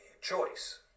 choice